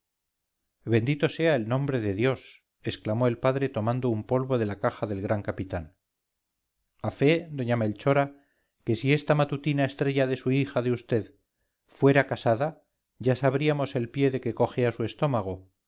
bendito sea el nombre de dios exclamó el padre tomando un polvo de la caja del gran capitán a fe doña melchora que si esta matutina estrella de su hija de vd fuera casada ya sabríamos el pie de que cojea su estómago